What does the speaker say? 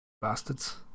bastards